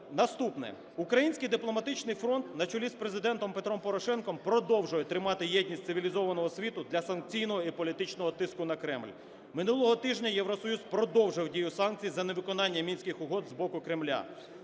Наступне. Український дипломатичний фронт на чолі з Президентом Петром Порошенком продовжує тримати єдність цивілізованого світу для санкційного і політичного тиску на Кремль. Минулого тижня Євросоюз продовжив дію санкцій за невиконання Мінських угод з боку Кремля.